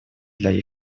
для